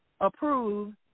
approved